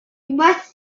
must